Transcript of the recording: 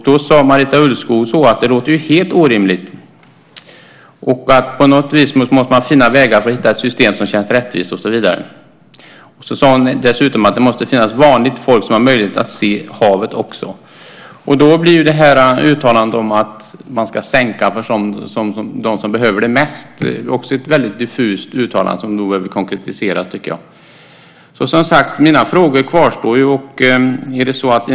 Då sade Marita Ulvskog att det lät helt orimligt, och på något vis måste man finna vägar för att hitta ett system som känns rättvist och så vidare. Hon sade dessutom att det måste finnas vanligt folk som har möjlighet att se havet också. Då blir uttalandet om att man ska sänka för dem som behöver det mest väldigt diffust, och det behöver konkretiseras. Mina frågor kvarstår, som sagt.